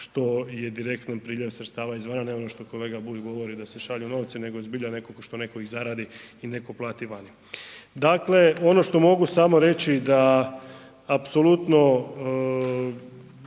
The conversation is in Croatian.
što je direktan priljev sredstava izvana, ne znam što kolega Bulj govori da se šalju novci nego zbilja što ih netko zaradi i netko plati vani. Dakle, ono što mogu samo reći da apsolutno